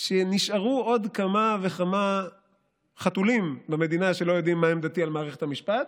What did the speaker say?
שנשארו עוד כמה וכמה חתולים במדינה שלא יודעים מה עמדתי על מערכת המשפט,